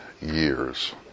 years